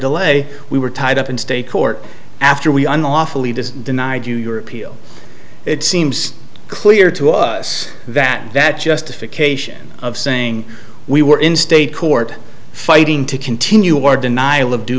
delay we were tied up in state court after we unlawfully dis denied you your appeal it seems clear to us that that justification of saying we were in state court fighting to continue our denial of due